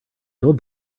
told